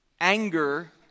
anger